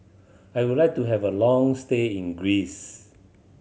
I would like to have a long stay in Greece